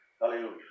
Hallelujah